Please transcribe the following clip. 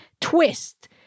twist